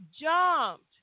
jumped